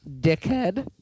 dickhead